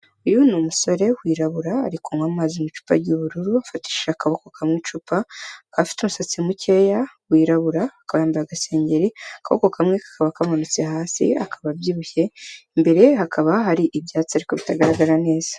Uyu ni umusore wirabura ari kunywa amazi mu icupa ry'ubururu afatishije akaboko kamwe icupa, akaba afite umusatsi mukeya wirabura akaba yambaye agasengengeri, akaboko kamwe kakaba kamanitse hasi akaba abyibushye, imbere hakaba hari ibyatsi ariko bitagaragara neza.